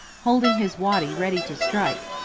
holding his waddy ready to strike,